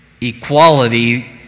equality